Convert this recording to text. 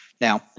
Now